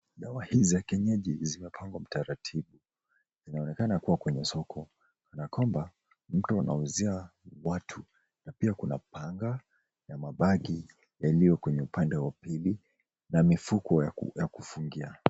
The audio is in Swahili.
Dawa hizi za kienyeji zimepangwa kwa utaratibu. Inaonekana kuwa kwenye soko kanakwamba mtu anawauzia watu na pia kuna panga na mabagi yaliyo kwenye upande wa pili na mifuko ya kufungia.